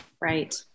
right